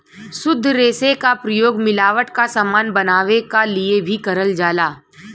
शुद्ध रेसे क प्रयोग मिलावट क समान बनावे क लिए भी करल जाला